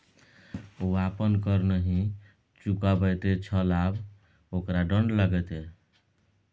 ओ अपन कर नहि चुकाबैत छल आब ओकरा दण्ड लागतै